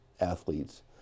athletes